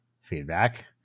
feedback